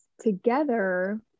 together